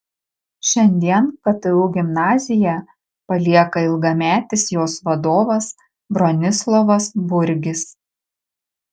šiandien ktu gimnaziją palieka ilgametis jos vadovas bronislovas burgis